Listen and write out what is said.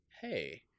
Hey